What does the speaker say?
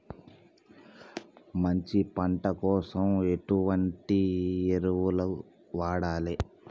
మంచి పంట కోసం ఎటువంటి ఎరువులు వాడాలి?